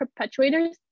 perpetuators